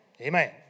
Amen